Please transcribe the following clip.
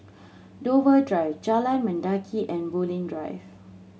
Dover Drive Jalan Mendaki and Bulim Drive